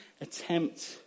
attempt